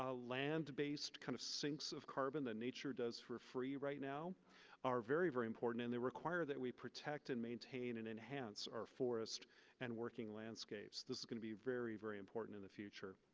ah land-based kind of sinks of carbon that nature does for free right now are very, very important and they require that we protect, and maintain, and enhance our forests and working landscapes. this is going to be very, very important in the future.